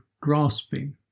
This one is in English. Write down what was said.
grasping